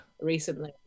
recently